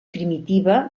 primitiva